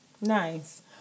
nice